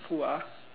who ah